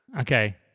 Okay